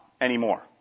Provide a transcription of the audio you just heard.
anymore